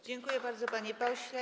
Dziękuję bardzo, panie pośle.